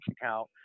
account